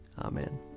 Amen